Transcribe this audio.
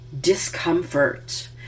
discomfort